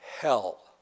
hell